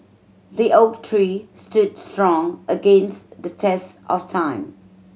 the oak tree stood strong against the test of time